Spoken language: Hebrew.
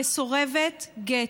מסורבת גט.